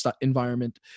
environment